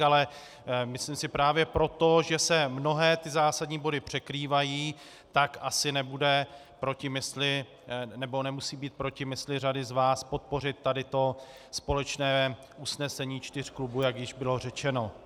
Ale myslím si, že právě proto, že se mnohé zásadní body překrývají, tak asi nebude proti mysli nebo nemusí být proti mysli řady z vás podpořit tady to společné usnesení čtyř klubů, jak již bylo řečeno.